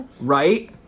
Right